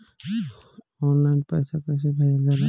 Online पैसा कैसे भेजल जाला?